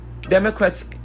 Democrats